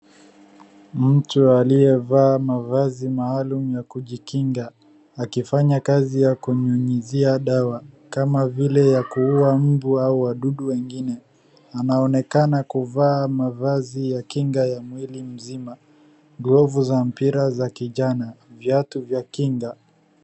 Mtu aliyevaa mavazi maalum ya kujinga akifanya kazi ya kunyunyuzia dawa kama vile ya kuuwa mbu au wadudu wengine. Anaonekana kuvaa mavazi ya kinga ya mwili mzima, glovu za mpira na kinjano, viatu za kinga.